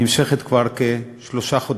נמשכת כבר כשלושה חודשים,